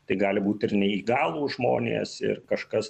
tai gali būt ir neįgalūs žmonės ir kažkas